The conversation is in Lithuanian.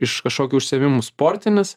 iš kažkokių užsiėmimų sportinis